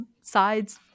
sides